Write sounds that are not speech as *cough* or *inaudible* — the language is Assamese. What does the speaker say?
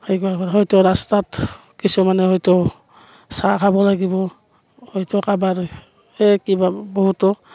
হেৰি কৰিব হয়তো ৰাস্তাত কিছুমানে হয়তো চাহ খাব লাগিব হয়তো কাৰাবাৰ *unintelligible* বহুতো